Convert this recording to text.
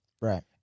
Right